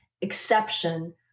exception